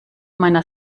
meiner